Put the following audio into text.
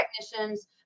technicians